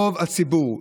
רוב הציבור,